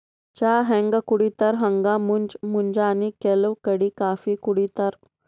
ಚಾ ಹ್ಯಾಂಗ್ ಕುಡಿತರ್ ಹಂಗ್ ಮುಂಜ್ ಮುಂಜಾನಿ ಕೆಲವ್ ಕಡಿ ಕಾಫೀ ಕುಡಿತಾರ್